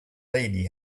lady